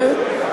כן,